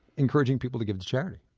encouraging people to give to charity?